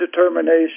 determination